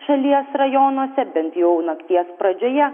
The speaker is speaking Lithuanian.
šalies rajonuose bent jau nakties pradžioje